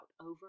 over